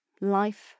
Life